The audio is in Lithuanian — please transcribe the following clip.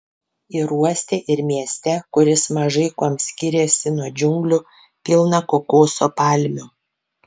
ir uoste ir mieste kuris mažai kuom skiriasi nuo džiunglių pilna kokoso palmių